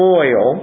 oil